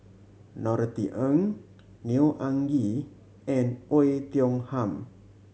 Norothy Ng Neo Anngee and Oei Tiong Ham